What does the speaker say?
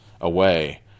away